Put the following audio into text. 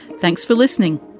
thanks for listening.